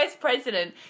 president